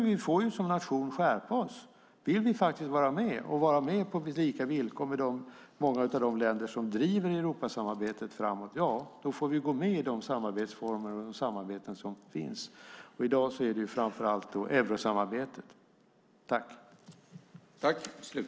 Vi får som nation skärpa oss. Vill vi faktiskt vara med, och vara med på lika villkor som många av de länder som driver Europasamarbetet framåt, får vi gå med i de samarbetsformer och samarbeten som finns. I dag är det framför allt eurosamarbetet.